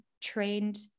trained